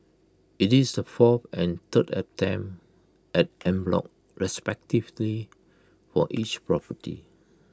IT is the fourth and third attempt at en bloc respectively for each property